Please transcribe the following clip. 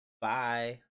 Bye